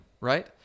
right